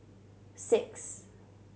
six